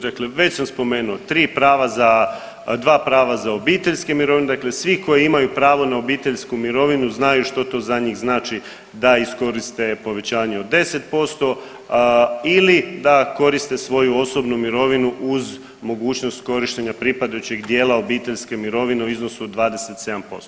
Dakle, već sam spomenuo, tri prava za, dva prava za obiteljske mirovine dakle svi koji imaju pravo na obiteljsku mirovinu znaju što to za njih znači da iskoriste povećanje od 10% ili da koriste svoju osobnu mirovinu uz mogućnost korištenja pripadajućeg dijela obiteljske mirovine u iznosu od 27%